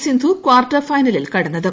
Sindhu quarter ഫൈനലിൽ കടന്നത്